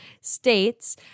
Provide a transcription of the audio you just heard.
states